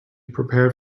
prepared